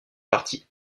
partie